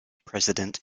president